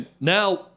Now